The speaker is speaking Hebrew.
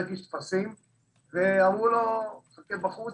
שאמרו לו לחכות בחוץ,